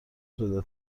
بده